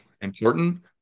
important